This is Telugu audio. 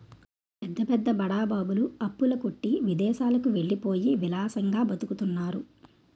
పెద్ద పెద్ద బడా బాబులు అప్పుల కొట్టి విదేశాలకు వెళ్ళిపోయి విలాసంగా బతుకుతున్నారు